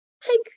take